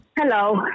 Hello